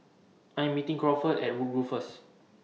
I Am meeting Crawford At Woodgrove First